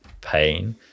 pain